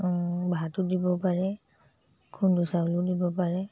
ভাতো দিব পাৰে খুন্দু চাউলো দিব পাৰে